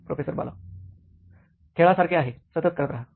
professor बाला खेळासारखे आहे सतत करत रहा